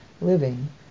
living